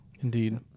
Indeed